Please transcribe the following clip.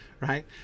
right